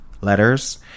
letters